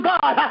God